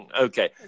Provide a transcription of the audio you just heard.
Okay